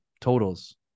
totals